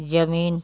जमीन